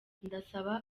ndasaba